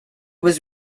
was